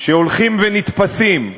שהולכים ונתפסים,